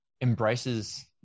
embraces